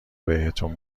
بهتون